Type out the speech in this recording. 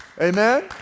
Amen